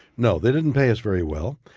no, they didn't pay us very well,